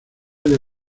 del